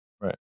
right